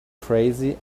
crazy